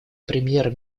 премьер